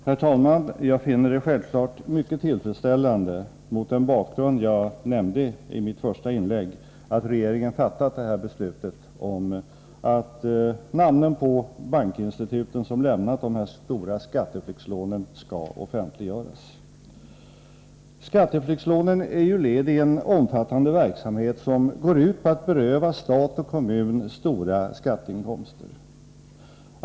Herr talman! Jag finner det självfallet mycket tillfredsställande — mot den bakgrund jag nämnde i mitt första inlägg — att regeringen fattat beslut om att namnen på de bankinstitut som lämnat de stora skatteflyktslånen skall offentliggöras. Skatteflyktslånen är ju led i en omfattande verksamhet som går ut på att beröva stat och kommun stora skatteinkomster.